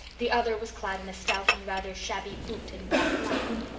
the other was clad in a stout and rather shabby boot and black lisle!